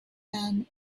man